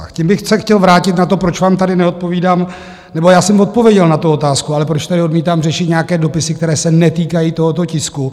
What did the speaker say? Tím bych se chtěl vrátit na to, proč vám tady neodpovídám... nebo já jsem odpověděl na tu otázku, ale proč tady odmítám řešit nějaké dopisy, které se netýkají tohoto tisku.